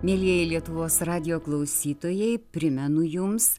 mielieji lietuvos radijo klausytojai primenu jums